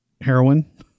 heroin